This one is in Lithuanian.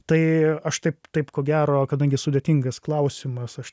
tai aš taip taip ko gero kadangi sudėtingas klausimas aš